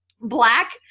black